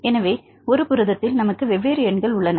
எனவே ஒரு புரதத்தில் நமக்கு வெவ்வேறு எண்கள் உள்ளன